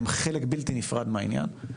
הם חלק בלתי נפרד מהעניין,